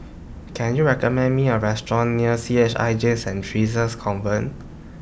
Can YOU recommend Me A Restaurant near C H I J Saint Theresa's Convent